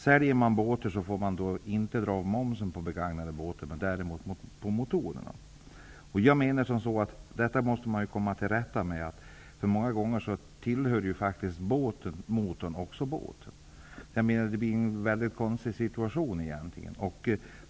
Säljer man begagnade båtar får man inte dra av momsen, men däremot får man dra av momsen på motorerna. Detta måste man komma till rätta med. Många gånger tillhör ju faktiskt motorn båten. Det blir därför en mycket konstig situation.